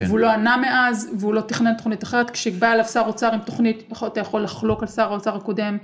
והוא לא ענה מאז, והוא לא תכנן תכנית אחרת, כשבא אליו שר האוצר עם תכנית, אתה יכול לחלוק על שר האוצר הקודם.